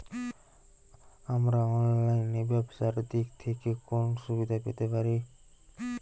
আমরা অনলাইনে ব্যবসার দিক থেকে কোন সুবিধা পেতে পারি?